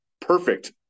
perfect